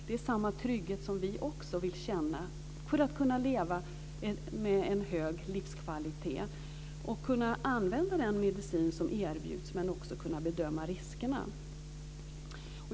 Det är samma trygghet som vi också vill känna för att kunna leva med en hög livskvalitet - att kunna använda den medicin som erbjuds men också kunna bedöma riskerna.